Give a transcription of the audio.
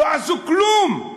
לא עשו כלום.